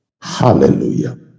Hallelujah